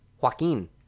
Joaquin